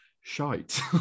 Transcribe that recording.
shite